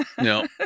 No